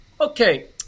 Okay